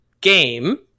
game